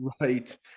right